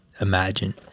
imagine